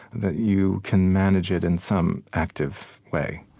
that you can manage it in some active way.